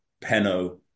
Peno